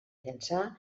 llançà